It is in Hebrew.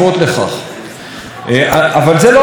אולי התמיכה שאתם מביעים בצד השני,